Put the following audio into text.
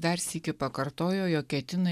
dar sykį pakartojo jog ketina